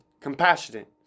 compassionate